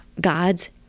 God's